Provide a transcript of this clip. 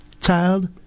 Child